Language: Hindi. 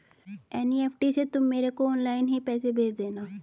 एन.ई.एफ.टी से तुम मेरे को ऑनलाइन ही पैसे भेज देना